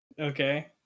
Okay